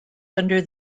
under